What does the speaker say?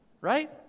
right